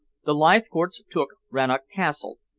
the leithcourts took rannoch castle,